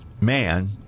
man